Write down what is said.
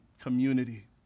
community